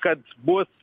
kad bus